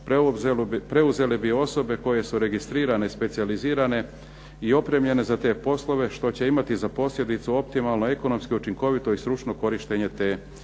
preuzele bi osobe koje su registrirane, specijalizirane i opremljene za te poslove, što će imati za posljedicu imati optimalnu ekonomski učinkovito korištenje te